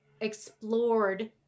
explored